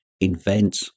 invent